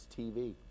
TV